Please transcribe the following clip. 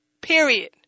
Period